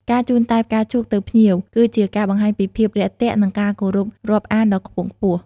ការជូនតែផ្កាឈូកទៅភ្ញៀវគឺជាការបង្ហាញពីភាពរាក់ទាក់ និងការគោរពរាប់អានដ៏ខ្ពង់ខ្ពស់។